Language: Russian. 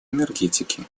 энергетики